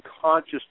conscious